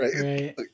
right